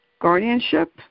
guardianship